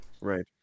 right